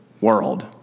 world